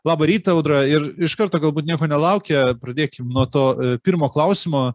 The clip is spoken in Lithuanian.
labą rytą audra ir iš karto galbūt nieko nelaukę pradėkim nuo to pirmo klausimo